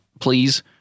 please